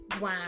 Wow